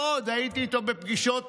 הייתי איתו בפגישות